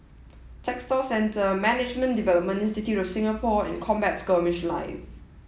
Textile Centre Management Development Institute of Singapore and Combat Skirmish Live